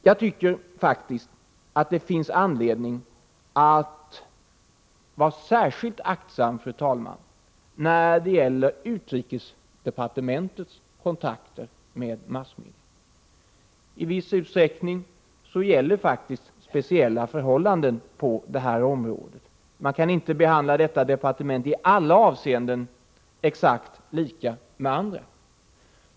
Jag tycker faktiskt, fru talman, att det finns anledning att vara särskilt aktsam när det gäller utrikesdepartementets kontakter med massmedia. I viss utsträckning gäller speciella förhållanden på detta område. Man kan inte i alla avseenden behandla detta departement exakt på samma sätt som man behandlar andra.